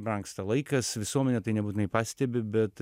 brangsta laikas visuomenė tai nebūtinai pastebi bet